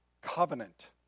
covenant